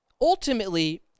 ultimately